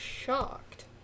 shocked